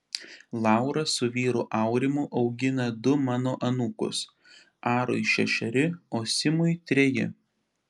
laura su vyru aurimu augina du mano anūkus arui šešeri o simui treji